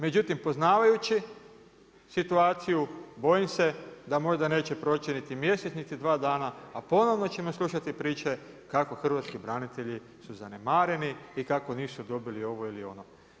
Međutim, poznajući situaciju bojim se da možda neće proći niti mjesec, niti dva dana, a ponovno ćemo slušati priče kako hrvatski branitelji su zanemareni i kako nisu dobili ovo ili ono.